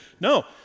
No